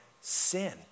sin